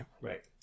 Right